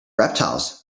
reptiles